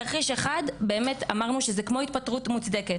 תרחיש אחד, אמרנו שזה כמו התפטרות מוצדקת.